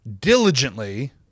diligently